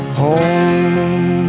home